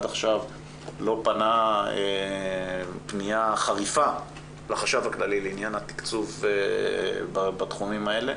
עכשיו לא פנה פניה חריפה לחשב הכללי לעניין התקצוב בתחומים האלה.